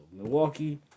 Milwaukee